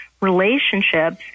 relationships